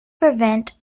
prevent